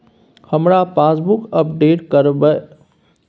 हमरा passbook update करैबे के अएछ?